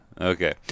Okay